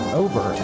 over